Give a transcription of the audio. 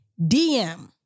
DM